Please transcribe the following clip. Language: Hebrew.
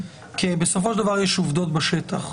בסופו של דבר, יש עובדות בשטח.